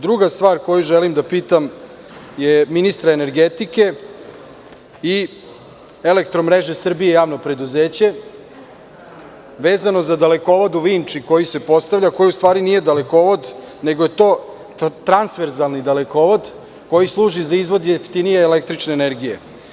Drugu stvar želim da pitam ministra energetike i Javno preduzeće „Elektromreža Srbije“, a vezano za dalekovod u Vinči koji se postavlja, a koji u stvari nije dalekovod, nego je to transferzalni dalekovod koji služi za izvoz jeftinije električne energije.